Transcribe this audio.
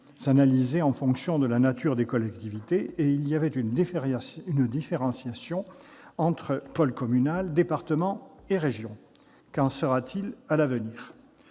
analysé en fonction de la nature des collectivités, une différenciation étant faite entre pôle communal, département et région. Qu'en sera-t-il à l'avenir ?